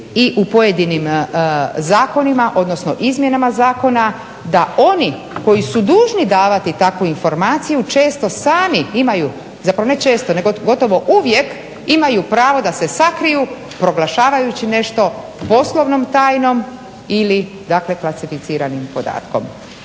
i u pojedinim zakonima, odnosno izmjenama zakona da oni koji su dužni davati takvu informaciju često sami imaju, zapravo ne često, nego gotovo uvijek imaju pravo da se sakriju proglašavajući nešto poslovnom tajnom ili dakle klasificiranim podatkom.